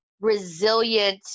resilient